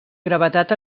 gravetat